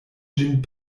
ĝin